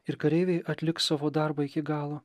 ir kareiviai atliks savo darbą iki galo